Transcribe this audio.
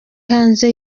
hanze